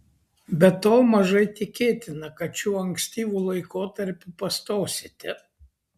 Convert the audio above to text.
be to mažai tikėtina kad šiuo ankstyvu laikotarpiu pastosite